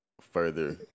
further